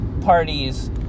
parties